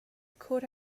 could